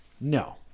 No